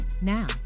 Now